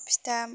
फिथा